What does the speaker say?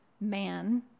man